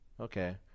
Okay